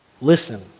listen